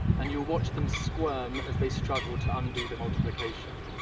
and you'll watch them squirm as they struggle to undo the multiplication.